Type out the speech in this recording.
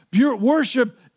Worship